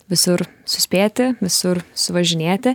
visur suspėti visur suvažinėti